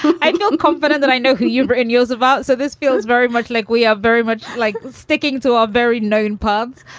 i'm not confident that i know who you and are in yours about. so this feels very much like we are very much like sticking to our very known paths.